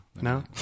No